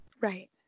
Right